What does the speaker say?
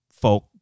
folk